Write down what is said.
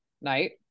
night